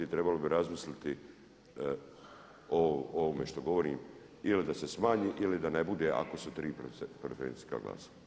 Trebalo bi razmisliti o ovome što govorim ili da se smanji ili da ne bude ako su tri preferencijska glasa.